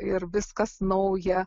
ir viskas nauja